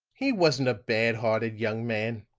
he wasn't a bad-hearted young man,